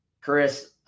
Chris